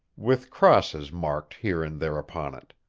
with crosses marked here and there upon it.